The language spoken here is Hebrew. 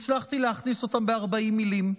הצלחתי להכניס אותם ב-40 מילים.